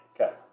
Okay